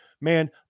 man